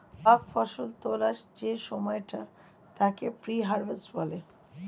প্রাক্ ফসল তোলার যে সময়টা তাকে প্রি হারভেস্ট বলে